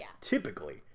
typically